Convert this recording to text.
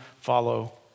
follow